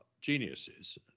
geniuses